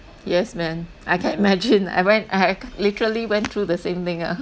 yes man I can imagine I went I literally went through the same thing ah